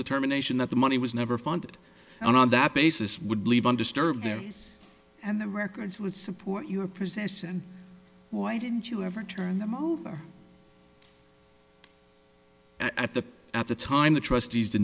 determination that the money was never found and on that basis would leave undisturbed there and the records would support your presents and why didn't you ever turn them over at the at that time the trust